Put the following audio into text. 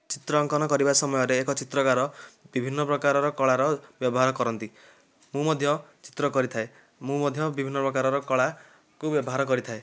ଚିତ୍ର ଅଙ୍କନ କରିବା ସମୟରେ ଏକ ଚିତ୍ରକର ବିଭିନ୍ନ ପ୍ରକାରର କଳାର ବ୍ୟବହାର କରନ୍ତି ମୁଁ ମଧ୍ୟ ଚିତ୍ର କରିଥାଏ ମୁଁ ମଧ୍ୟ ବିଭିନ୍ନ ପ୍ରକାରର କଳାକୁ ବ୍ୟବହାର କରିଥାଏ